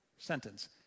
Sentence